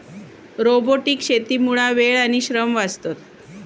robotic शेतीमुळा वेळ आणि श्रम वाचतत